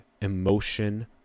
emotion